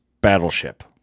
Battleship